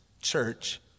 church